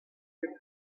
your